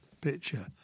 picture